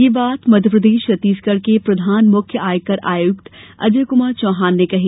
यह बात मध्यप्रदेश छत्तीसगढ़ के प्रधान मुख्य आयकर आयुक्त अजय कुमार चौहान ने कहीं